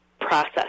process